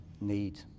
need